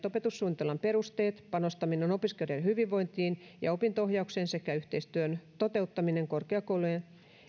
opetussuunnitelman perusteet panostaminen opiskelijoiden hyvinvointiin ja opinto ohjaukseen sekä yhteistyön toteuttaminen korkeakoulujen